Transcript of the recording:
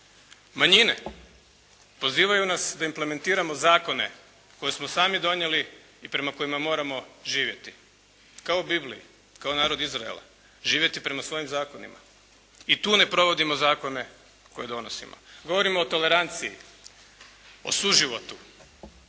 Manjine. Pozivaju nas da implementirano zakone koje smo sami donijeli i prema kojima moramo živjeti. Kao u Bibliji. Kao narod Izraela, živjeti prema svojim zakonima. I tu ne provodimo zakone koje donosimo. Govorimo o toleranciji, o suživotu.